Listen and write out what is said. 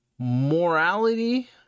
morality